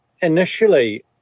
initially